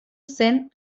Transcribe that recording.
zen